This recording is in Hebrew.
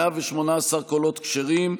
118 קולות כשרים,